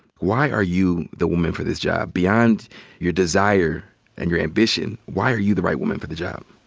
why are you the woman for this job? beyond your desire and your ambition, why are you the right woman for the job?